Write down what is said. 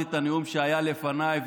את הנאום שהיה לפניי,